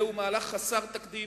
זהו מהלך חסר תקדים,